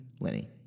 Lenny